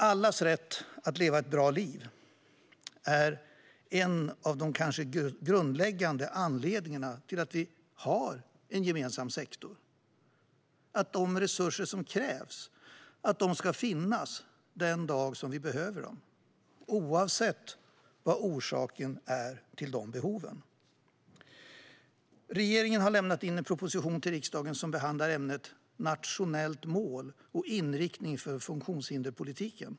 Allas rätt att leva ett bra liv är en av de kanske grundläggande anledningarna till att vi har en gemensam sektor. De resurser som krävs ska finnas den dag vi behöver dem, oavsett vad orsaken till behoven är. Regeringen har lämnat en proposition till riksdagen med titeln Natio nellt mål och inriktning för funktionshinderspolitiken .